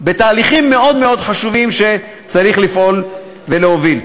בתהליכים מאוד מאוד חשובים שצריך לפעול בהם ולהוביל.